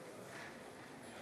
(חברי הכנסת מקדמים בקימה את פני נשיא